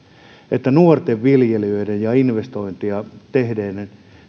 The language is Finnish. että nuorten viljelijöiden ja investointeja tehneiden